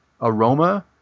aroma